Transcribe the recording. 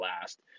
last